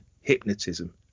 hypnotism